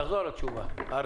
תחזור על התשובה בבקשה.